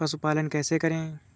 पशुपालन कैसे करें?